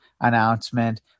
announcement